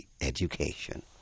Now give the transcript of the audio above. Education